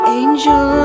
angel